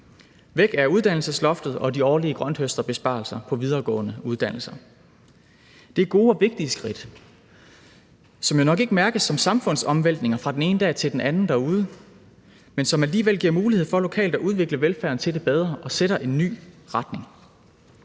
Væk er uddannelsesloftet og de årlige grønthøsterbesparelser på videregående uddannelser. Det er gode og vigtige skridt, som jo nok ikke mærkes som samfundsomvæltninger fra den ene dag til den anden derude, men som alligevel giver mulighed for lokalt at udvikle velfærden til det bedre og sætter en ny retning.